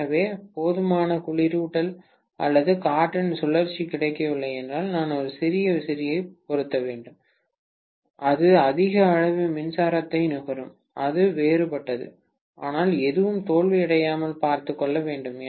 எனவே போதுமான குளிரூட்டல் அல்லது காற்றின் சுழற்சி கிடைக்கவில்லை என்றால் நான் ஒரு சிறிய விசிறியைப் பொருத்த வேண்டும் அது அதிக அளவு மின்சாரத்தை நுகரும் அது வேறுபட்டது ஆனால் எதுவும் தோல்வியடையாமல் பார்த்துக் கொள்ள வேண்டும்